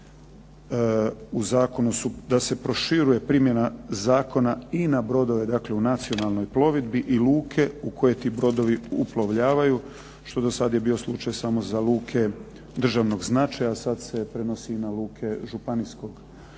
u zakonu se proširuje primjena zakona i na brodove u nacionalnoj plovidbi i luke u koje ti brodovi uplovljavaju što dosad je bio slučaj samo za luke državnog značaja, sad se prenosi i na luke županijskog značaja